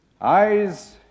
Eyes